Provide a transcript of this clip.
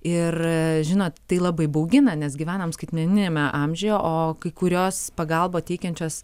ir žinot tai labai baugina nes gyvenam skaitmeniniame amžiuje o kai kurios pagalbą teikiančios